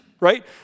Right